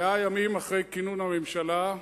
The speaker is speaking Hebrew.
100 ימים אחרי כינון הממשלה,